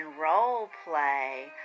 role-play